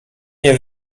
nie